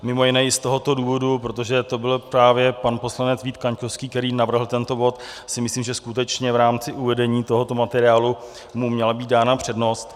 Mimo jiné i z tohoto důvodu, protože to byl právě pan poslanec Vít Kaňkovský, který navrhl tento bod, si myslím, že skutečně v rámci uvedení tohoto materiálu mu měla být dána přednost.